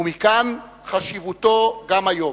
ומכאן חשיבותו גם היום.